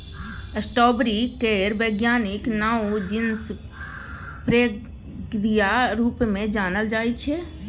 strawberry केर बैज्ञानिक नाओ जिनस फ्रेगेरिया रुप मे जानल जाइ छै